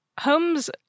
Holmes